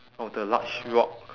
of the large rock